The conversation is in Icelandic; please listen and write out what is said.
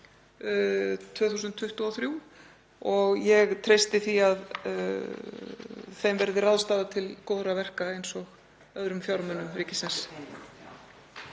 2023. Ég treysti því að þeim verði ráðstafað til góðra verka eins og öðrum fjármunum ríkisins.